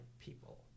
people